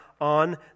on